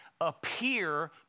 appear